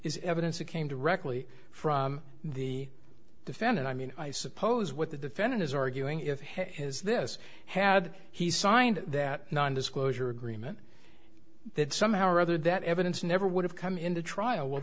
is evidence it came directly from the defendant i mean i suppose what the defendant is arguing if is this had he signed that nondisclosure agreement that somehow or other that evidence never would have come into trial